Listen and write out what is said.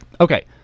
Okay